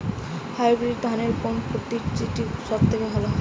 Hybrid ধানের কোন প্রজীতিটি সবথেকে ভালো?